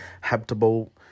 habitable